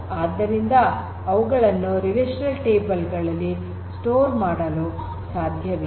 ಆದ್ದರಿಂದ ಅವುಗಳನ್ನು relational table ಗಳಲ್ಲಿ ಸಂಗ್ರಹಣೆ ಮಾಡಲು ಸಾಧ್ಯವಿಲ್ಲ